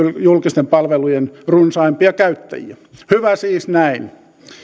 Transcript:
julkisten palvelujen runsaimpia käyttäjiä hyvä siis näin